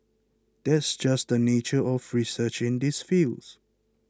that's just the nature of research in these fields